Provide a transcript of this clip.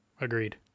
agreed